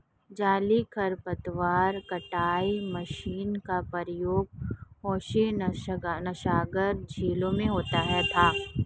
जलीय खरपतवार कटाई मशीन का प्रयोग हुसैनसागर झील में हुआ था